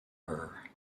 her